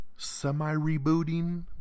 Semi-rebooting